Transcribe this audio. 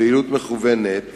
פעילות מכוונת